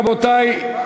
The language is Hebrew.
רבותי,